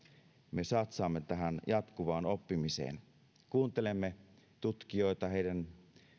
me satsaamme tähän jatkuvaan oppimiseen kuuntelemme tutkijoita heidän